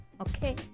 Okay